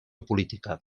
política